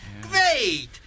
Great